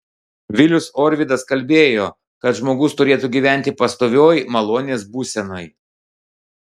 vilius orvydas kalbėjo kad žmogus turėtų gyventi pastovioj malonės būsenoj